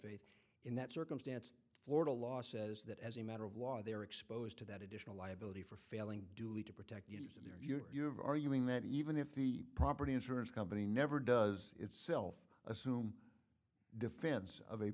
faith in that circumstance florida law says that as a matter of law they are exposed to that additional liability for failing duty to protect you there you are arguing that even if the property insurance company never does itself assume defense of a